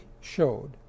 showed